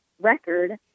record